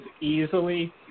easily